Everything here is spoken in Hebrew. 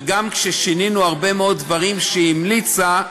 וגם כששינינו הרבה מאוד דברים שהיא המליצה,